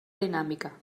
dinàmica